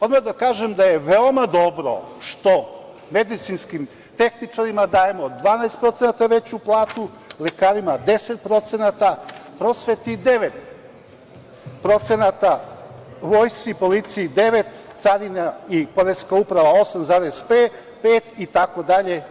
Odmah da kažem da je veoma dobro što medicinskim tehničarima dajemo 12% veću platu, lekarima 10%, prosveti 9%, vojsci i policiji 9%, carina i poreska uprava 8,5%, 5%, itd.